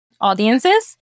audiences